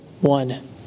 one